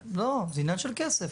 לא, זה עניין של כסף.